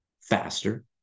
faster